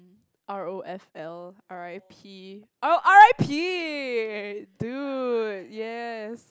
R_O_F_L R_I_P oh R_I_P dude yes